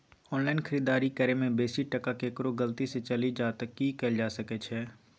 Online खरीददारी करै में बेसी टका केकरो गलती से चलि जा त की कैल जा सकै छै?